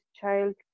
child